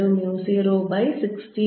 W0a0r2I282a4